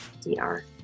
DR